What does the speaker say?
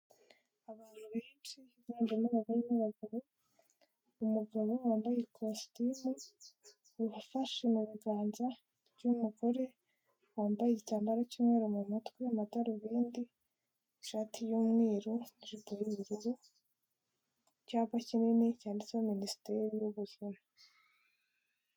Abantu benshi binganjemo abagore n'abagabo, umugabo wambaye ikositimu, abafashe mu biganza by'umugore wambaye igitambaro cy'umweru mu mutwe, amadarubindi, ishati y'umweru n'ijipo y'ubururu, icyapa kinini cyanditseho minisiteri y'ubuzima.